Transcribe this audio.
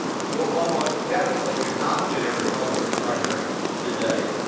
who almost definitely could not win a republican primary today.